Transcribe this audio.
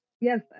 yes